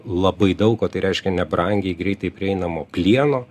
labai daug o tai reiškia nebrangiai greitai prieinamo plieno